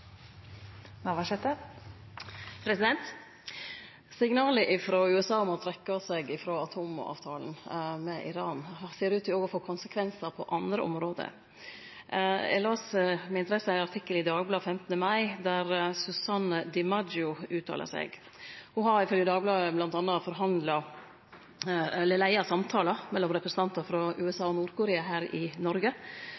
USA om å trekkje seg frå atomavtalen med Iran ser ut til å få konsekvensar òg på andre område. Eg las med interesse ein artikkel i Dagbladet 15. mai, der Suzanne Dimaggio uttaler seg. Ho har ifølgje Dagbladet bl.a. leia samtaler mellom representantar frå USA